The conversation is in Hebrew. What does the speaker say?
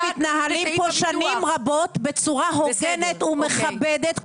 אנחנו מתנהלים פה שנים רבות בצורה הוגנת ומכבדת,